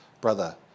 brother